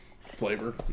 flavor